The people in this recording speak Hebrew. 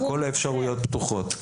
כל האפשרויות פתוחות.